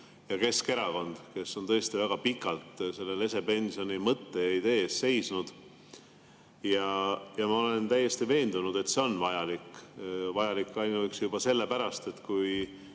ja Keskerakond, kes on tõesti väga pikalt selle lesepensioni mõtte ja idee eest seisnud. Ma olen täiesti veendunud, et see on vajalik, ainuüksi juba sellepärast, et kui